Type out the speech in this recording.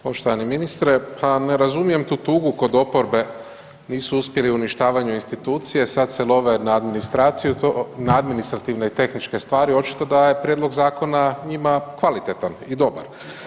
Poštovani ministre, pa ne razumijem tu tugu kod oporbe, nisu uspjeli u uništavanju institucije, sad se love na administraciju, na administrativne i tehničke stvari, očito da je prijedlog zakona njima kvalitetan i dobar.